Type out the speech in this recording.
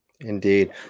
Indeed